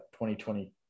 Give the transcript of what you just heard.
2020